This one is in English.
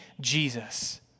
Jesus